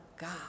God